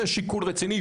זה שיקול רציני,